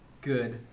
good